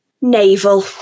navel